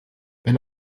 wenn